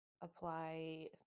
apply